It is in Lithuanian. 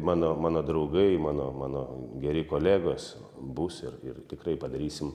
mano mano draugai mano mano geri kolegos bus ir ir tikrai padarysim